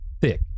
thick